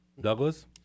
Douglas